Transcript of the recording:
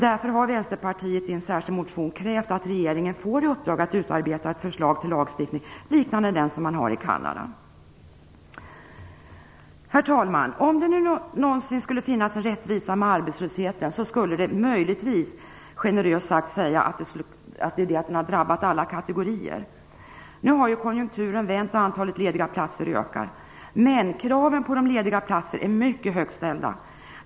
Därför har Vänsterpartiet i en särskild motion krävt att regeringen får i uppdrag att utarbeta ett förslag till lagstiftning liknande den som finns i Kanada. Herr talman! Om det nu skulle finnas en rättvisa i arbetslösheten skulle det möjligtvis vara att den har drabbat alla kategorier. Nu har ju konjunkturen vänt, och antalet lediga platser ökar, men kravet på de sökande till de lediga platserna är mycket högt ställda.